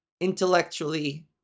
intellectually